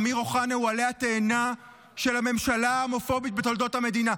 אמיר אוחנה הוא עלה התאנה של הממשלה ההומופובית בתולדות המדינה.